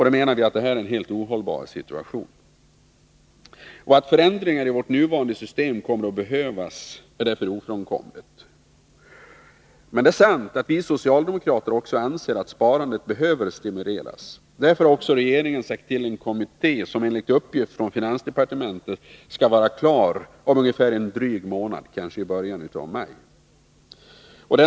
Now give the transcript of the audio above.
Det menar vi är en helt ohållbar situation. Att förändringar i vårt nuvarande system kommer att behövas är således ofrånkomligt. Men det är sant att vi socialdemokrater också anser att sparandet behöver stimuleras. Därför har regeringen tillsatt en kommitté, som enligt uppgift från finansdepartementet skall vara klar redan om ungefär en dryg månad, kanske i början av maj.